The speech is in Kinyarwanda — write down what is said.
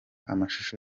amashusho